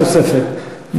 תוספת.